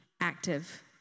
active